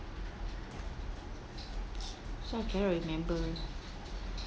this one I cannot remember